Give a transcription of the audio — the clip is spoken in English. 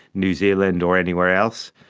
new zealand or anywhere else.